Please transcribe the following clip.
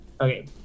Okay